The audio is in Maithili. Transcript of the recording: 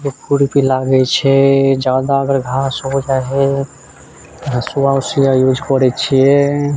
खुरपी लागे छै जादा अगर घास हो जाइ हय हँसुआ अँसुआ यूज करै छियै